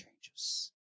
changes